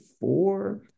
four